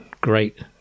great